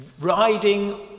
riding